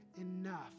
enough